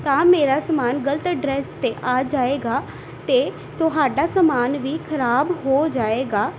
ਤਾਂ ਮੇਰਾ ਸਮਾਨ ਗਲਤ ਅਡਰੈਸ 'ਤੇ ਆ ਜਾਵੇਗਾ ਅਤੇ ਤੁਹਾਡਾ ਸਮਾਨ ਵੀ ਖਰਾਬ ਹੋ ਜਾਵੇਗਾ